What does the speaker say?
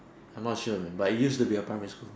I'm not sure but it used to be a primary school